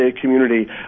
community